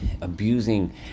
abusing